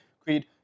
creed